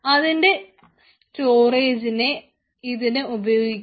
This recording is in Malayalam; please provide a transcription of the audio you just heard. അതിൻറെ സ്റ്റോറേജിനെ ഇതിന് ഉപയോഗിക്കണം